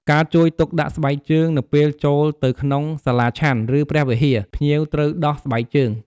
ការលើកទឹកចិត្តភ្ញៀវឲ្យចូលរួមធ្វើបុណ្យ ពួកគាត់អាចលើកទឹកចិត្តភ្ញៀវឲ្យចូលរួមធ្វើបុណ្យ ឬដាក់បាត្រ ដើម្បីរួមចំណែកកសាងកុសលផលបុណ្យ។